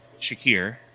Shakir